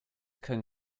can